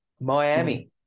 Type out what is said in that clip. Miami